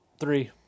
three